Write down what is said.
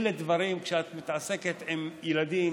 אלה דברים, כשאת מתעסקת עם ילדים